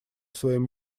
своим